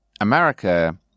America